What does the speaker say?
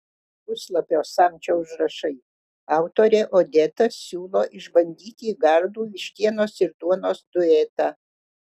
puslapio samčio užrašai autorė odeta siūlo išbandyti gardų vištienos ir duonos duetą